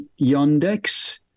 Yandex